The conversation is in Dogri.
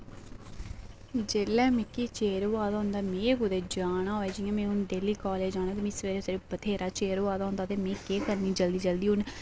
जेल्लै मिकी चिर होआ दा होंदा में कुतै जाना होऐ जि'यां में हुन डेली कालेज जाना ते मि सवेरै सवेरै बथ्हेरा चिर होआ दा होंदा ते मि केह् करनी जल्दी जल्दी हुन